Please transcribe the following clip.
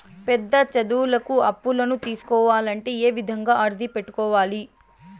పెద్ద చదువులకు అప్పులను తీసుకోవాలంటే ఏ విధంగా అర్జీ పెట్టుకోవాలి?